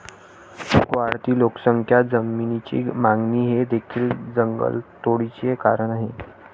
वाढती लोकसंख्या, जमिनीची मागणी हे देखील जंगलतोडीचे कारण आहे